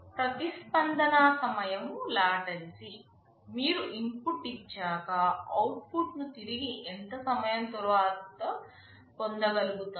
ప్రతిస్పందన సమయం లాటెన్సీ మీరు ఇన్పుట్ ఇచ్చాక అవుట్పుట్ను తిరిగి ఎంత సమయం తర్వాత పొందగలుగుతారు